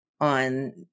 on